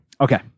Okay